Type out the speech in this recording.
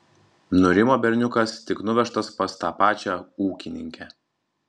nurimo berniukas tik nuvežtas pas tą pačią ūkininkę